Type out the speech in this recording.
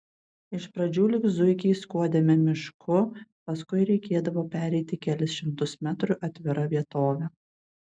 iš pradžių lyg zuikiai skuodėme mišku paskui reikėdavo pereiti kelis šimtus metrų atvira vietove